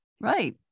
right